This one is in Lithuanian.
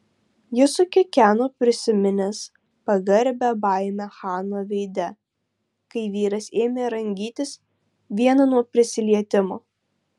jis sukikeno prisiminęs pagarbią baimę chano veide kai vyras ėmė rangytis vien nuo prisilietimo